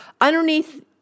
Underneath